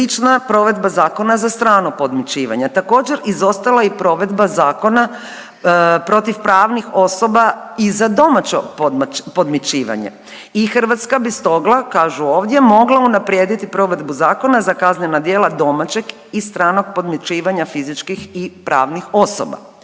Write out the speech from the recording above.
I Hrvatska bi stoga kažu ovdje mogla unaprijediti provedbu zakona za kaznena djela domaćeg i stranog podmićivanja fizičkih i pravnih osoba.